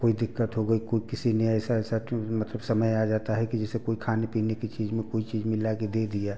कोई दिक्कत हो गई कोई किसी ने ऐसा ऐसा मतलब समय आ जाता है कि जैसे कोई खाने पीने की चीज में कोई चीज मिला के दे दिया